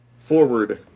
forward